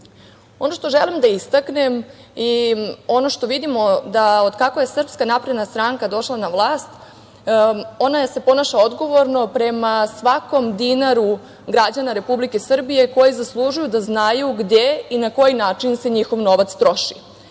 što želim da istaknem i ono što vidimo, od kako je SNS došla na vlast, ona se ponaša odgovorno prema svakom dinaru građana Republike Srbije, koji zaslužuju da znaju gde i na koji način se njihov novac troši. To